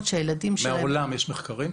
שהילדים שלהן --- מהעולם יש מחקרים?